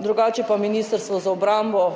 Drugače pa Ministrstvo za obrambo